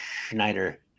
Schneider